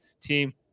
team